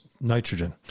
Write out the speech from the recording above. nitrogen